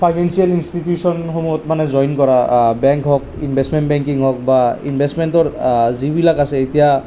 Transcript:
financial ইনষ্টিটিউচনসমূহত মানে join কৰা বেংক হওক ইনভেষ্টমেণ্ট বেংকিং হওক বা ইনভেষ্টমেণ্টৰ যিবিলাক আছে এতিয়া